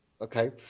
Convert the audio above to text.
okay